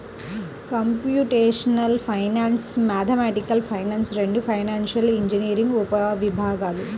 computational finance, mathematical finance రెండూ financial engineering ఉపవిభాగాలు